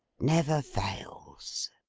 never fails